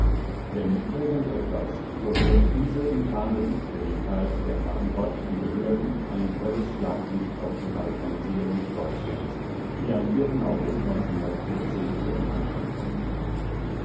wenn irgend etwas so wirft diese infame dickfelligkeit der verantwortlichen behörden ein grelles schlaglicht auf die balkanisierung deutschlands die am august ihren anfang genommen hat